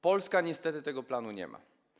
Polska niestety tego planu nie ma.